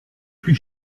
plus